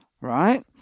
right